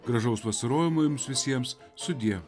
gražaus vasarojimo jums visiems sudie